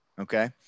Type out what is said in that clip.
Okay